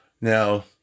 Now